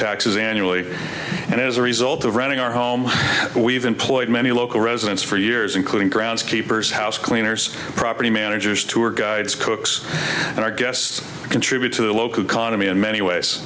taxes annually and as a result of running our home we've employed many local residents for years including groundskeepers house cleaners property managers tour guides cooks and our guests contribute to the local economy in many ways